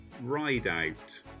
Rideout